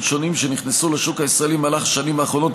שונים שנכנסו לשוק הישראלי בשנים האחרונות,